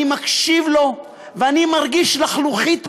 אני מקשיב לו ואני מרגיש לחלוחית בעין.